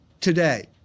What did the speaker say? today